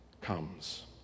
comes